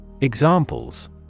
Examples